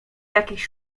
jakichś